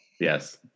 Yes